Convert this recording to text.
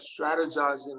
strategizing